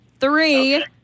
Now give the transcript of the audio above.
three